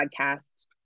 podcast